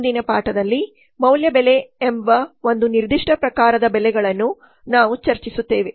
ಮುಂದಿನ ಪಾಠದಲ್ಲಿ ಮೌಲ್ಯ ಬೆಲೆ ಎಂಬ ಒಂದು ನಿರ್ದಿಷ್ಟ ಪ್ರಕಾರದ ಬೆಲೆಗಳನ್ನು ನಾವು ಚರ್ಚಿಸುತ್ತೇವೆ